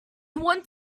want